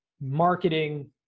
marketing